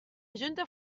junta